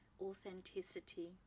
authenticity